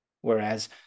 whereas